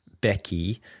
Becky